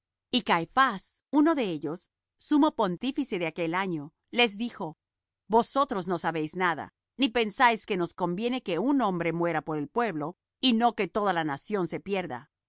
y la nación y caifás uno de ellos sumo pontífice de aquel año les dijo vosotros no sabéis nada ni pensáis que nos conviene que un hombre muera por el pueblo y no que toda la nación se pierda